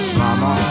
mama